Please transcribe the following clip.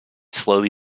slowly